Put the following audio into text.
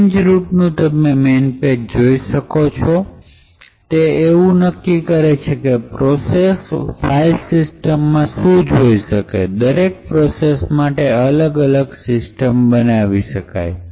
change root નું તમે man page તમે જોઈ શકો છો તે એવું નક્કી કરે છે કે પ્રોસેસ ફાઇલ સિસ્ટમ માં શું જોઈ શકે તે દરેક પ્રોસેસ માટે અલગ સિસ્ટમ બનાવી શકે છે